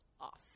off